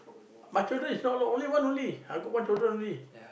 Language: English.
my children is not lot only one only I got one children only